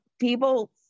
people